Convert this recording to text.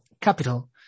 capital